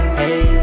hey